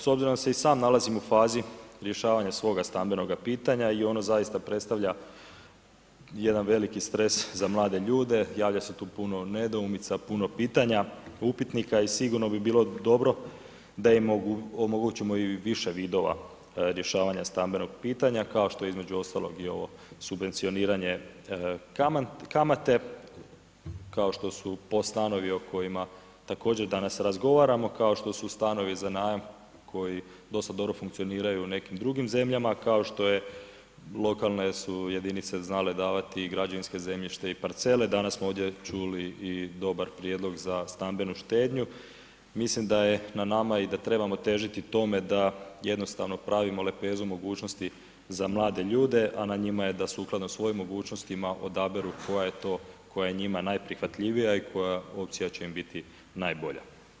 S obzirom da se i sam nalazim u fazi rješavanja svoga stambenoga pitanja i ono zaista predstavlja jedan veliki stres za mlade ljude, javlja se tu puno nedoumica, puno pitanja, upitnika i sigurno bi bilo dobro im omogućimo i više vidova rješavanja stambenog pitanja kao što je između ostalog i ovo subvencioniranje kamate, kao što POS stanovi o kojima također danas razgovaramo, kao što su stanovi za najam koji dosta dobro funkcioniraju u nekim drugim zemljama kao što je lokalne su jedinice su znale davati i građevinsko zemljište i parcele, danas smo ovdje čuči i dobar prijedlog za stambenu štednju, mislim da je na nama i da trebamo težiti tome da jednostavno pravimo lepezu mogućnosti za mlade ljude a na njima je da sukladno svojim mogućnostima odaberu koja je to koja je njima najprihvatljivija i koja opcija će im biti najbolja.